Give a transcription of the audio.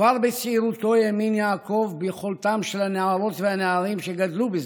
כבר בצעירותו האמין יעקב ביכולתם של הנערות והנערים שגדלו בשדרות,